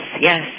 yes